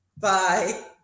Bye